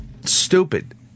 stupid